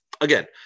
Again